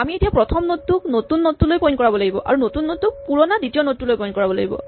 আমি এতিয়া প্ৰথম নড টোক নতুন নড টোলৈ পইন্ট কৰাব লাগিব আৰু নতুন নড টোক পুৰণা দ্বিতীয় নড টোলৈ পইন্ট কৰাব লাগিব